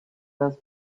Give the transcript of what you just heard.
those